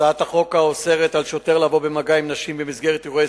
הצעת החוק האוסרת על שוטר לבוא במגע עם נשים במסגרת אירועי